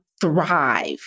thrive